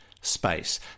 space